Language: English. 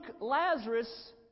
Lazarus